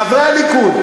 חברי הליכוד,